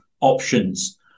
options